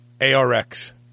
ARX